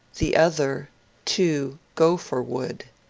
the other to go-for-wood